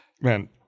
Man